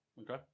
Okay